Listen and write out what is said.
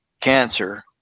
cancer